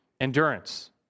endurance